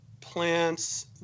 plants